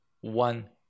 one